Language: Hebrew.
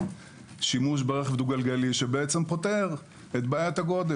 שימוש ברכב דו גלגלי שפותר את בעיית הגוש?